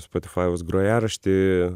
spotifajaus grojarašty